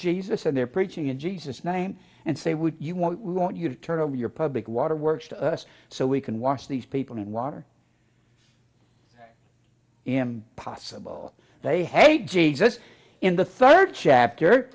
jesus and their preaching in jesus name and say would you want we want you to turn over your public waterworks to us so we can wash these people and water him possible they hate jesus in the third chapter